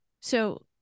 So-